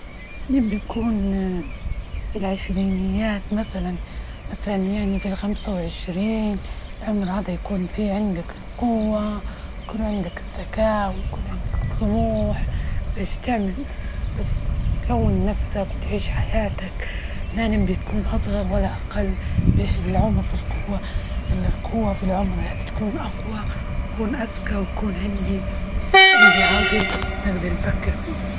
نبدأ نكون في العشرينيات مثلا مثلا يعني بالخمسة وعشرين العمر هذا يكون في عندك القوة يكون عندك الزكاة و يكون عندك الطموح باش تعمل باش تكون نفسك وتعيش حياتك لا نمضي تكون أصغر ولا العمر في القوة إن القوة في العمر تكون أقوى وتكون ازكى ويكون عندي عندي عقل نقدر نفكر فيه